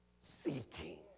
seeking